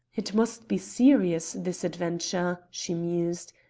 it must be serious, this adventure, she mused.